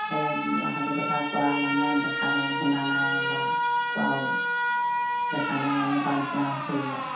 সেই সাধুকথা কোৱা তাৰমানে দেখা শুনা নাই বা কোৱাও দেখা নাই এনেকুৱা নিচিনা হ'লগৈ আৰু